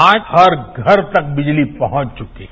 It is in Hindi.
आज हर घर तक बिजली पहुंच चुकी है